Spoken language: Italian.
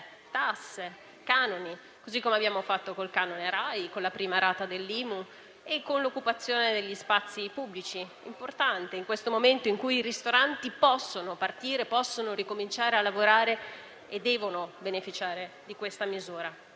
tasse, canoni, come abbiamo fatto con il canone RAI, con la prima rata dell'IMU e con l'occupazione degli spazi pubblici. Una misura, quest'ultima, importante nel momento in cui i ristoranti possono partire, possono ricominciare a lavorare per cui devono beneficiare di questa misura.